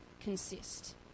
consist